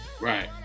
Right